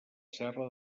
serra